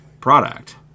product